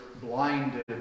blinded